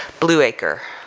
blueacre